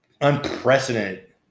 unprecedented